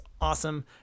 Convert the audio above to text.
awesome